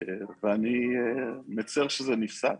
אני מצר על כך שזה נפסק.